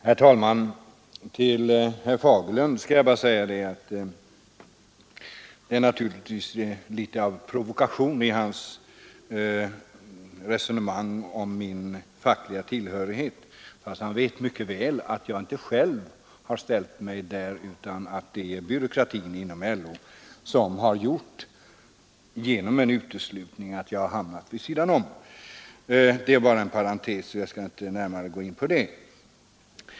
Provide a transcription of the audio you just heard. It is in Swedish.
Herr talman! Till herr Fagerlund vill jag säga att det naturligtvis är litet av provokation i hans resonemang om min fackliga tillhörighet. Han vet mycket väl att jag inte själv har ställt mig där utan att det är byråkratin inom LO som genom en uteslutning har gjort att jag hamnat vid sidan om. Det är bara en parentes, och jag skall inte närmare gå in på detta.